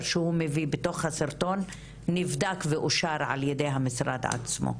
שהוא מביא בסרטון נבדק ואושר על ידי המשרד עצמו.